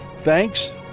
thanks